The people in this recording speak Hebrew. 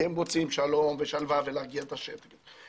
כי הם רוצים שלום ושלווה ולהרגיע את השטח,